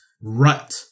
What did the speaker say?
rut